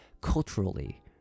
culturally